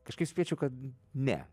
kažkaip spėčiau kad ne